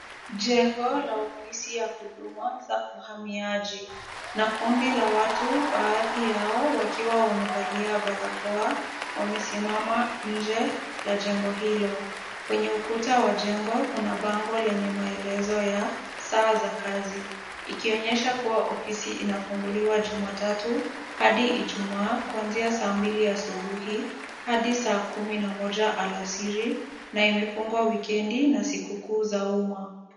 Jengo la ofisi ya huduma za uhamiaji na kundi la watu baadhi yao wakiwa wamevalia barakoa wamesimama nje ya jengo hilo. Kwenye ukuta wa jengo kuna bango lenye maelezo ya saa za kazi ikionyesha kuwa ofisi inafunguliwa Jumatatu hadi Ijumaa kuanzia saa mbili asibuhi hadi saa kumi na moja alasiri na imefungwa wikendi na sikukuu za umma.